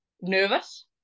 nervous